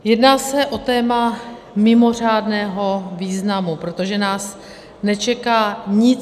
Jedná se o téma mimořádného významu, protože nás nečeká nic menšího...